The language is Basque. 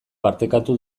partekatu